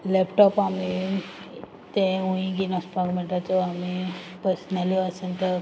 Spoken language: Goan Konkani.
लॅपटॉप आमी ते हुंयी घेन वोसपाक मेळटा सो आमी पर्सनली वोसोन ते